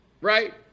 right